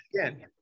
again